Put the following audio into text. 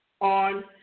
on